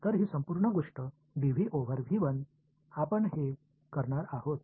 तर ही संपूर्ण गोष्ट dV ओव्हर आपण हे करणार आहोत